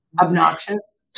obnoxious